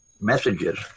messages